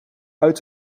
uit